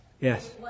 Yes